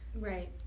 Right